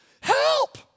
Help